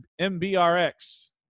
MBRX